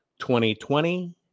2020